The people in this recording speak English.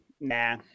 nah